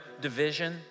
division